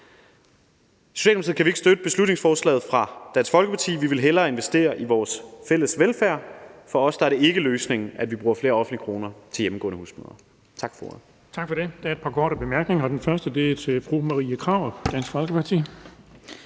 I Socialdemokratiet kan vi ikke støtte beslutningsforslaget fra Dansk Folkeparti. Vi vil hellere investere i vores fælles velfærd. For os er det ikke løsningen, at vi bruger flere offentlige kroner til hjemmegående husmødre.